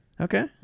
Okay